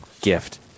gift